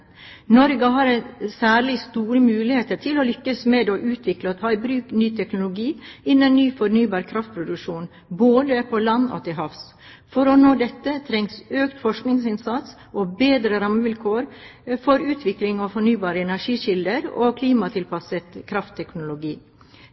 Norge har særlig store muligheter til å lykkes med å utvikle og ta i bruk ny teknologi innen ny fornybar kraftproduksjon, både på land og til havs. For å nå dette trengs økt forskningsinnsats og bedre rammevilkår for utvikling av fornybare energikilder og